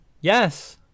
yes